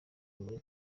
muri